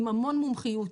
עם המון מומחיות,